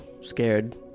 scared